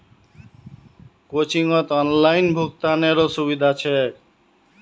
कोचिंगत ऑनलाइन भुक्तानेरो सुविधा छेक